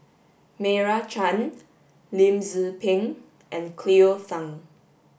Meira Chand Lim Tze Peng and Cleo Thang